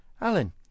Alan